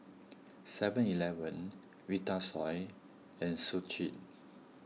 Seven Eleven Vitasoy and Schick